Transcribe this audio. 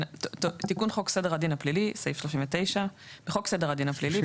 חוק סדר הדין הפלילי 39.בחוק סדר הדין הפלילי,